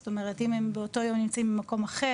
זאת אומרת אם הם באותו יום הם נמצאים במקום אחר,